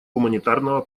гуманитарного